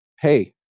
hey